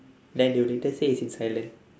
then they will later say it's in silent